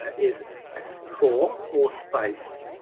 is f four or space.